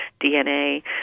DNA